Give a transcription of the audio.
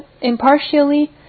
impartially